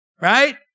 right